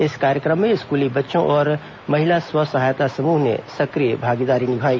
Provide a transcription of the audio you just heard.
इस कार्यक्रम में स्कूली बच्चों और महिला स्व सहायता समूह ने सक्रिय भागीदारी निभाई